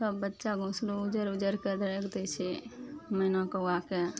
सब बच्चा घोसलो उजारि उजारि कए राखि दै छै मैना कौआके